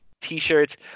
t-shirts